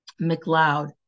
McLeod